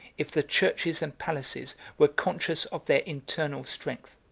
if the churches and palaces were conscious of their internal strength.